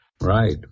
Right